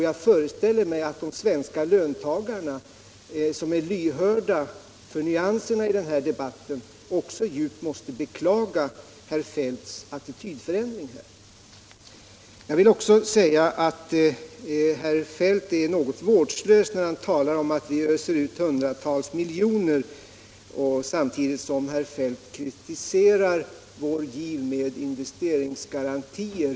Jag föreställer mig att även de svenska löntagarna, som är lyhörda för nyanserna i den här debatten, måste djupt beklaga herr Feldts attitydförändring. Jag vill också säga att herr Feldt är något vårdslös när han talar om att vi öser ut hundratals miljoner samtidigt som herr Feldt kritiserar vår giv med investeringsgarantier.